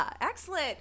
Excellent